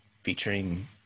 featuring